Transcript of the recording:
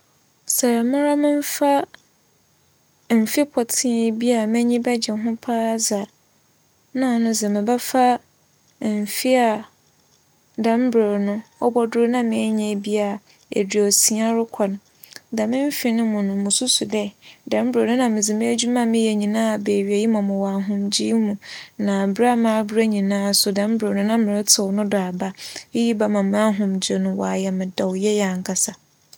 Sɛ mara memfa mfe pͻtsee bi a menyi bɛgye ho paa dze a, nna ano dze mebɛfa mfe a dɛm ber no obodur no nna ebia meya eduosia rokͻ no. Dɛm mfe no mu no, mususu dɛ dɛm mber no nna medze m'edwuma nyinara aba ewiei ma mowͻ ahomgyee mu ma berɛ a m'aberɛ nyinara dɛm ber no nna meretsew no do aba. Iyi bɛma m'ahomgye no wͻyɛ me dɛw yie ankasa.